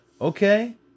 Okay